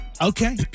okay